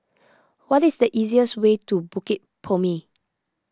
what is the easiest way to Bukit Purmei